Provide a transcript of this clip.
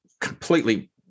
completely